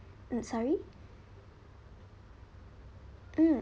mm sorry mm